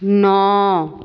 ਨੌਂ